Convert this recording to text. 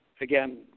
again